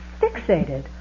fixated